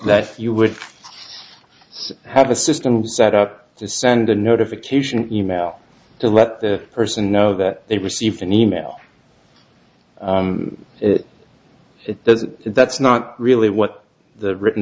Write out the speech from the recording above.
that you would have a system set up to send a notification e mail to let the person know that they received an e mail it does that's not really what the written